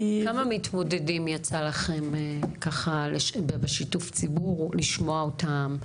כמה מתמודדים יצא לכם ככה בשיתוף ציבור לשמוע אותם,